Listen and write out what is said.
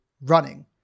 running